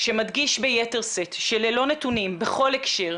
שמדגיש ביתר שאת שללא נתונים בכל הקשר,